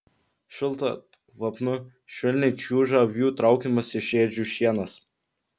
šilta kvapnu švelniai čiuža avių traukiamas iš ėdžių šienas